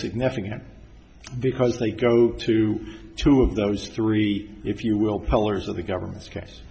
significant because they go to two of those three if you will polars of the government's ca